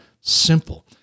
simple